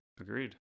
Agreed